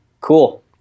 Cool